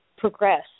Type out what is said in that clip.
progress